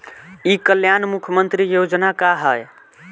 ई कल्याण मुख्य्मंत्री योजना का है?